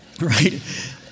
right